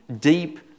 deep